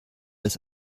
das